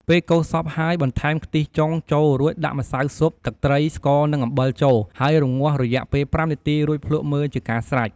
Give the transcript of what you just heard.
ពេលកូរសព្វហើយបន្ថែមខ្ទិះចុងចូលរួចដាក់ម្សៅស៊ុប ទឹកត្រី ស្ករនិងអំបិលចូល ហើយរម្ងាស់រយៈពេល៥នាទីរួចភ្លក្សមើលជាការស្រេច។